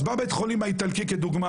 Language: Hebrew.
אז בא בית החולים האיטלקי כדוגמה,